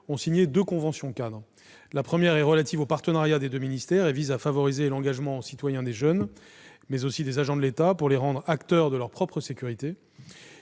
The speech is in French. ont signé deux conventions-cadres. La première, relative au partenariat des deux ministères, vise à favoriser l'engagement citoyen non seulement des jeunes, mais aussi des agents de l'État pour les rendre acteurs de leur propre sécurité.